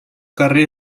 carrer